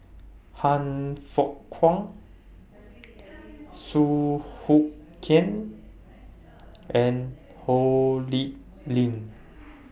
Han Fook Kwang Song Hoot Kiam and Ho Lee Ling